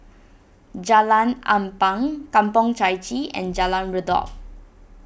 Jalan Ampang Kampong Chai Chee and Jalan Redop